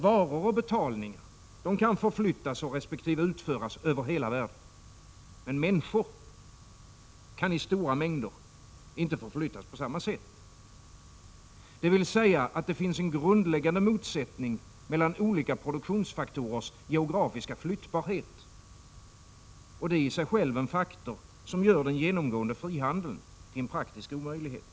Varor och betalningar kan ju förflyttas resp. utföras över hela världen, men människor kan i stora mängder inte förflyttas på samma sätt. Dvs. det finns en grundläggande motsättning mellan olika produktionsfaktorers geografiska flyttbarhet. Detta är i sig själv en faktor som gör den genomgående frihandeln till en praktisk omöjlighet.